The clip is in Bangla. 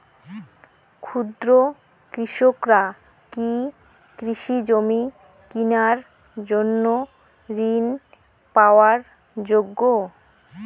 ক্ষুদ্র কৃষকরা কি কৃষিজমি কিনার জন্য ঋণ পাওয়ার যোগ্য?